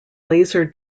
laser